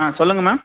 ஆ சொல்லுங்கள்ம்மா